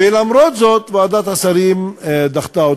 ולמרות זאת, ועדת השרים דחתה אותו.